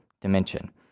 dimension